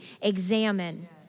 examine